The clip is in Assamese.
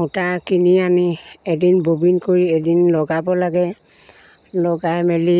সূতা কিনি আনি এদিন ববিন কৰি এদিন লগাব লাগে লগাই মেলি